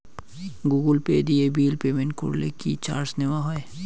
Google Pay দিয়ে bill payment করলে কি চার্জ নেওয়া হয়?